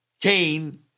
Cain